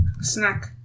Snack